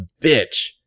bitch